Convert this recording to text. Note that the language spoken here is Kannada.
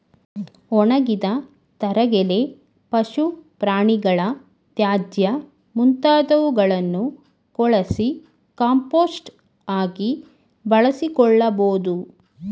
ಒಣಗಿದ ತರಗೆಲೆ, ಪಶು ಪ್ರಾಣಿಗಳ ತ್ಯಾಜ್ಯ ಮುಂತಾದವುಗಳನ್ನು ಕೊಳಸಿ ಕಾಂಪೋಸ್ಟ್ ಆಗಿ ಬಳಸಿಕೊಳ್ಳಬೋದು